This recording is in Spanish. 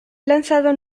lanzado